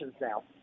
now